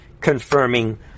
confirming